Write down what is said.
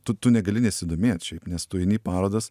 tu tu negali nesidomėt šiaip nes tu eini į parodas